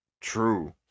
True